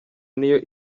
niyo